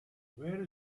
where